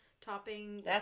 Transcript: topping